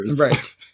right